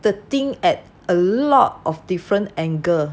the thing at a lot of different angle